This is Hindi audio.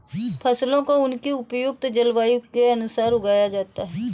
फसलों को उनकी उपयुक्त जलवायु के अनुसार उगाया जाता है